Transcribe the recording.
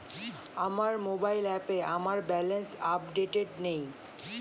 আমার মোবাইল অ্যাপে আমার ব্যালেন্স আপডেটেড নেই